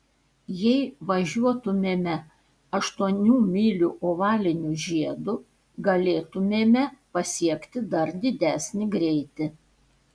jei važiuotumėme aštuonių mylių ovaliniu žiedu galėtumėme pasiekti dar didesnį greitį